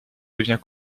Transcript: devient